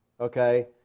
Okay